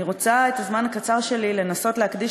אני רוצה את הזמן הקצר שלי לנסות להקדיש